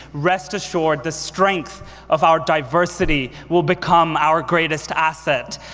rest assured the strength of our diversity will become our greatest asset.